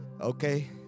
okay